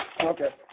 Okay